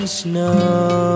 snow